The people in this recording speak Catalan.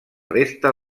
resta